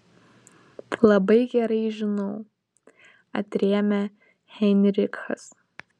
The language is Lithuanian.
labai gerai žinau atrėmė heinrichas